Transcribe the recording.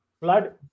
Blood